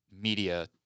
Media